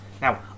Now